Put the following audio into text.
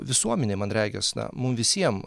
visuomenė man regis na mum visiem